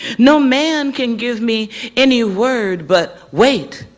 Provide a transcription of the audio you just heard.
no man can give me any word but wait,